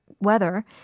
weather